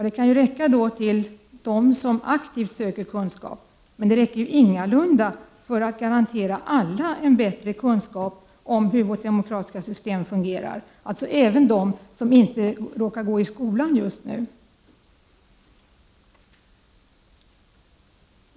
Det kan kanske räcka för dem som aktivt söker kunskap, men det räcker ingalunda för att garantera alla en bättre kunskap om hur vårt demokratiska system fungerar, alltså även dem som inte råkar gå i skolan just nu.